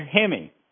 Hemi